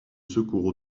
secours